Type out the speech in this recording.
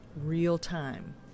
real-time